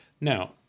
Now